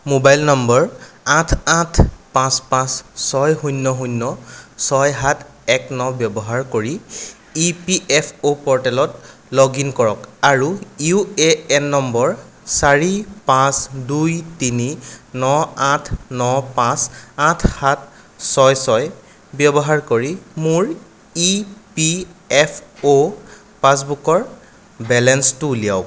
mobile number আঠ আঠ পাঁচ পাঁচ ছয় শূন্য শূন্য ছয় সাত এক ন ব্যৱহাৰ কৰি ইপিএফঅ' প'ৰ্টেলত লগ ইন কৰক আৰু ইউএএন নম্বৰ চাৰি পাঁচ দুই তিনি ন আঠ ন পাঁচ আঠ সাত ছয় ছয় ব্যৱহাৰ কৰি মোৰ ইপিএফঅ' পাছবুকৰ বেলেঞ্চটো উলিয়াওক